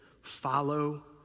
follow